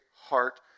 heart